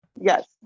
Yes